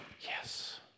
yes